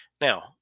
Now